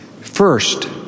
First